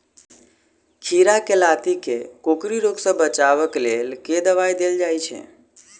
खीरा केँ लाती केँ कोकरी रोग सऽ बचाब केँ लेल केँ दवाई देल जाय छैय?